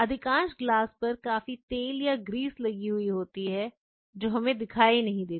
अधिकांश ग्लास पर काफी तेल या ग्रीस लगी हुई होती है जो हमें दिखाई नहीं देती